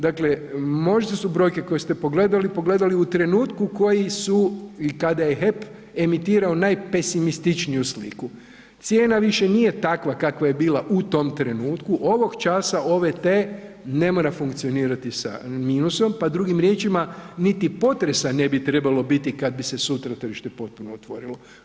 Dakle možda su brojke koje ste pogledali, pogledali u trenutku koji su i kada je HEP emitirao najpesimističniju sliku, cijena više nije takva kakva je bila u tom trenutku, ovog časa OVT ne mora funkcionirati sa minusom, pa drugim riječima niti potresa ne bi trebalo biti kad bi se sutra tržište potpuno otvorilo.